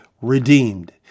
redeemed